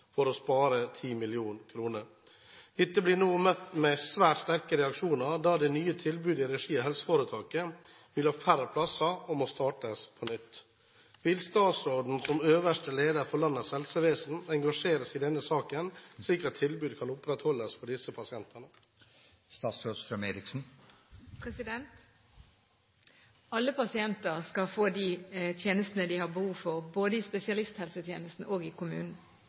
for å spare 10 mill. kr. Dette blir nå møtt med svært sterke reaksjoner da det nye tilbudet i regi av helseforetaket vil ha færre plasser og må startes på nytt. Vil statsråden, som øverste leder for landets helsevesen, engasjere seg i denne saken, slik at tilbudet kan opprettholdes for disse pasientene?» Alle pasienter skal få de tjenestene de har behov for, både i spesialisthelsetjenesten og i kommunen.